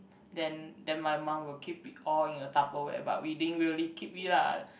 then then my mum will keep it all in a tupperware but we didn't really keep it lah